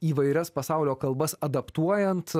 įvairias pasaulio kalbas adaptuojant